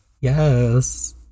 Yes